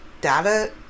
data